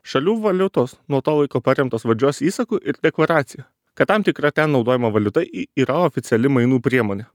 šalių valiutos nuo to laiko paremtos valdžios įsaku ir deklaracija kad tam tikra ten naudojama valiuta i yra oficiali mainų priemonė